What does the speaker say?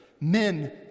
Men